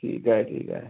ठीक आहे ठीक आहे